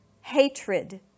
hatred